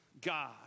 God